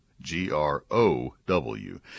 G-R-O-W